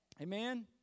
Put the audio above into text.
Amen